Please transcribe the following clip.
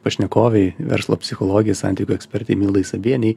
pašnekovei verslo psichologei santykių ekspertei mildai sabienei